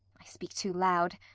i speak too loud.